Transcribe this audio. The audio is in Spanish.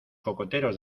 cocoteros